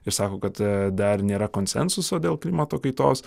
ir sako kad dar nėra konsensuso dėl klimato kaitos